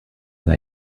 they